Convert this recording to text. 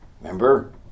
Remember